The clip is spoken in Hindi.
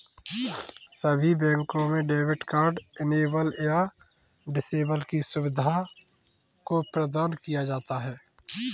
सभी बैंकों में डेबिट कार्ड इनेबल या डिसेबल की सुविधा को प्रदान किया जाता है